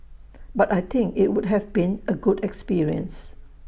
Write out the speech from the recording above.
but I think IT would have been A good experience